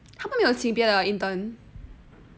他们没有请别的 intern